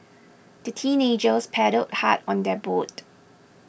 the teenagers paddled hard on their boat